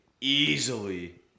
Easily